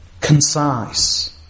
concise